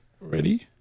ready